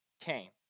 came